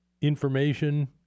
information